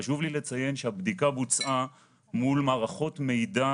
חשוב לי לציין שהבדיקה בוצעה מול מערכות מידע